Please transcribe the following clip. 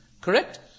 Correct